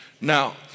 Now